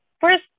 first